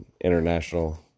international